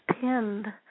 pinned